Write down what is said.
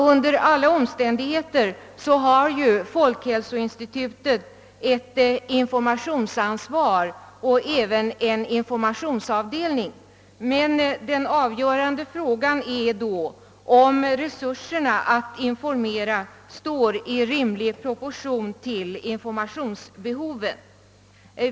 Under alla omständigheter har folkhälsoinstitutet ett informationsansvar och även en informationsavdelning, men den avgörande frågan är då om resurserna att informera står i rimlig proportion till informationsbehovet.